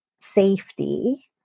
safety